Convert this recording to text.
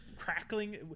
crackling